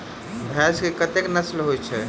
भैंस केँ कतेक नस्ल होइ छै?